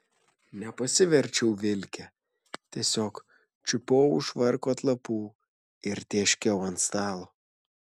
nepasiverčiau vilke tiesiog čiupau už švarko atlapų ir tėškiau ant stalo